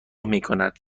میکند